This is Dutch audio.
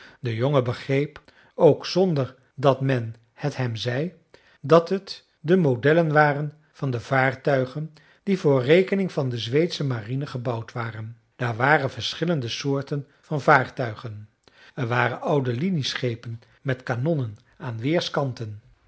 de jongen begreep ook zonder dat men het hem zei dat het de modellen waren van de vaartuigen die voor rekening van de zweedsche marine gebouwd waren daar waren verschillende soorten van vaartuigen er waren oude linieschepen met kanonnen aan weerskanten